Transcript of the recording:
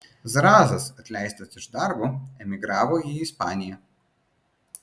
zrazas atleistas iš darbo emigravo į ispaniją